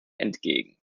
entgegen